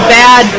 bad